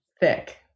thick